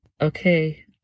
okay